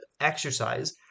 exercise